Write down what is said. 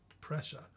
pressure